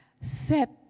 set